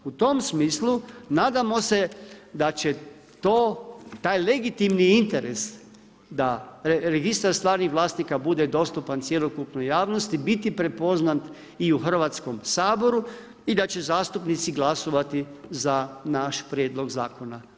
U tom smislu, nadamo se da će taj legitimni interes da Registar stvarnih vlasnika bude dostupan cjelokupnoj javnosti biti prepoznat i u Hrvatskom saboru i da će zastupnici glasovati za naš Prijedlog zakona.